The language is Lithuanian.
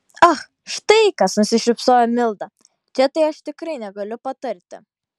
ach štai kas nusišypsojo milda čia tai aš tikrai negaliu patarti